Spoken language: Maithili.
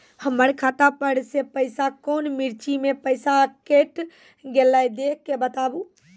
हमर खाता पर से पैसा कौन मिर्ची मे पैसा कैट गेलौ देख के बताबू?